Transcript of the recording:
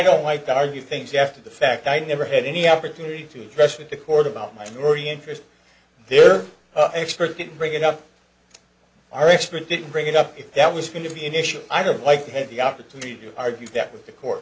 don't like to argue things after the fact i never had any opportunity to address to the court about minority interest their expert didn't bring it up our expert didn't bring it up if that was going to be an issue i would like to have the opportunity to argue that with the court